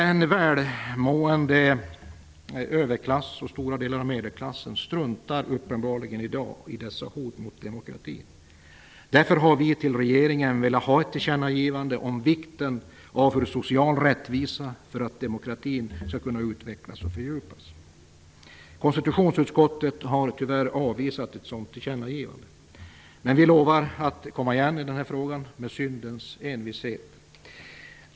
En välmående överklass och stora delar av medelklassen struntar uppenbarligen i dag i dessa hot mot demokratin. Därför har vi till regeringen velat göra ett tillkännagivande om vikten av social rättvisa för att demokratin skall kunna utvecklas och fördjupas. Konstitutionsutskottet har tyvärr avvisat ett sådant tillkännagivande. Vi lovar att komma igen i denna fråga med syndens envishet.